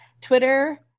Twitter